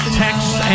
texts